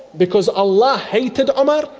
because allah hated um ah